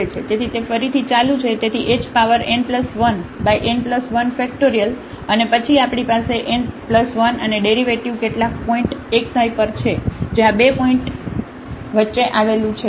તેથી તે ફરીથી ચાલુ છે તેથી h power n 1 n 1 factorial અને પછી આપણી પાસે n 1 અને ડેરિવેટિવ કેટલાક પોઇન્ટ XI પર છે જે આ બે પોઇન્ટઓ વચ્ચે આવેલું છે